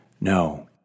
no